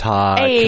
Talk